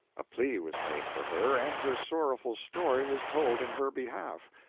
a plea was made for her, and her sorrowful story was told in her behalf.